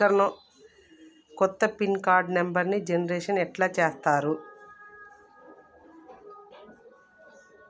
కొత్త pin card నెంబర్ని generation ఎట్లా చేత్తరు?